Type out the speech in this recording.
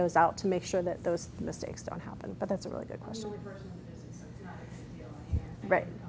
those out to make sure that those mistakes don't happen but that's a really good question right